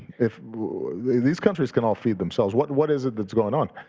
if these countries can all feed themselves, what what is it that's going on?